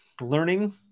learning